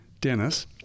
Dennis